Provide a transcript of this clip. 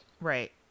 Right